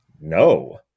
No